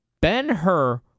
Ben-Hur